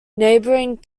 neighboring